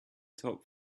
top